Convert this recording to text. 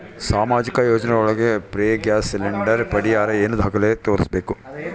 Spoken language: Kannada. ಸಾಮಾಜಿಕ ಯೋಜನೆ ಒಳಗ ಫ್ರೇ ಗ್ಯಾಸ್ ಸಿಲಿಂಡರ್ ಪಡಿಯಾಕ ಏನು ದಾಖಲೆ ತೋರಿಸ್ಬೇಕು?